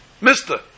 Mister